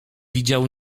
widział